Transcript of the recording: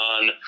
on